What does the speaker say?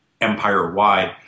empire-wide